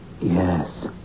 Yes